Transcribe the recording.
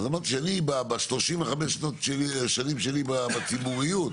כשאני ב-35 שנים שלי בציבוריות,